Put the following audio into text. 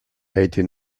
été